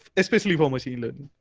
especially for machine